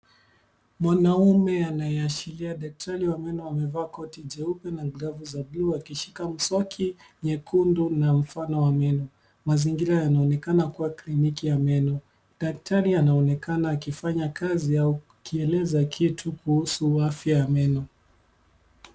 Mwanamme anaye ashiria daktari wa meno amevaa koti jeupe na glovu za bluu akishika mswaki nyekundu na mfano wa meno. Mazingira yanaonekana kuwa kliniki ya meno. Daktari anaonekana kufanya kazi au akikieleza kitu kuhusu afya ya meno.